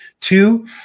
Two